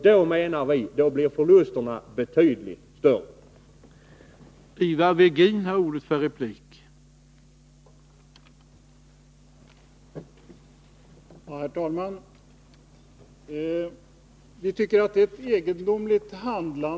Då blir enligt vår mening förlusterna betydligt större.